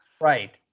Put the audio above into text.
Right